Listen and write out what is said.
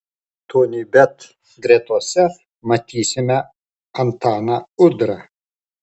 tonybet gretose matysime antaną udrą